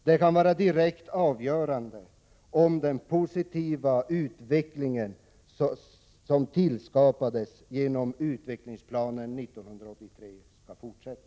Det kan vara direkt avgörande för om den positiva utveckling som tillskapades genom utvecklingsplanen 1983 skall fortsätta.